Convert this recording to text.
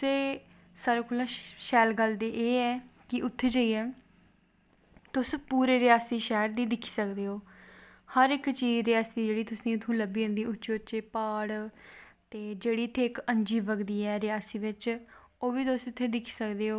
ते उत्थें बर्फ कन्नै डक्की जंदा के बबाड़ बंद रौंह्दे न जिसलै थोह्ड़ी बर्फ घटदी ऐ ते कबाड़ खुलदे न उत्थें उत्थें दी बड़ी मान्यता ऐ बड़े लोग जंदे न इक बार अस केदार नाथ बी गे हे तुसोेंगी पता ऐ शिव जी दा स्थान ऐ केदार नाथ